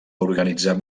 organitzar